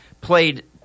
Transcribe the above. played